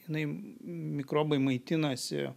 jinai mikrobai maitinasi